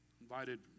invited